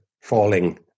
falling